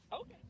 Okay